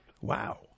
Wow